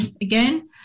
again